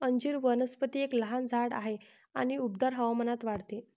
अंजीर वनस्पती एक लहान झाड आहे आणि उबदार हवामानात वाढते